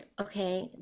okay